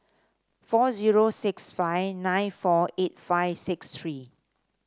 four zero six five nine four eight five six three